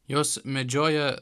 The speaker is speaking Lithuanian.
jos medžioja